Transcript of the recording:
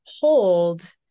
hold